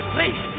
Please